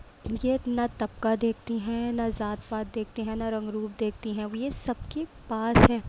یہ نہ طبقہ دیکھتی ہیں نہ ذات پات دیکھتے نہ رنگ روپ دیکھتی ہیں یہ سب کے پاس ہیں